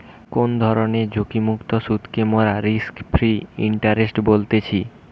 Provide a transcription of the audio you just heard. কোনো ধরণের ঝুঁকিমুক্ত সুধকে মোরা রিস্ক ফ্রি ইন্টারেস্ট বলতেছি